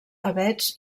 avets